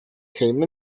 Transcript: came